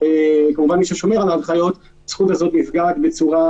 נכון שזה לא לפי התקנות, אבל זה מפנה לחוק המסגרת,